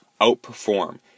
outperform